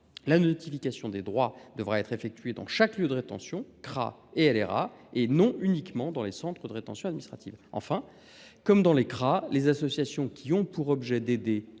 La notification des droits devra être effectuée dans chaque lieu de rétention, CRA et LRA, et non uniquement dans les premiers. Quatrièmement, comme dans les CRA, les associations qui ont pour objet d’aider